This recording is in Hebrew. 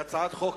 הצעת חוק,